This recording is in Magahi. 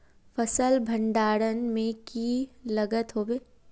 फसल भण्डारण में की लगत होबे?